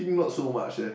think not so much eh